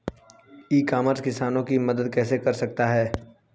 ई commerce किसानों की मदद कैसे कर सकता है?